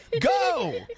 go